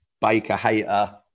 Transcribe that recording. Baker-hater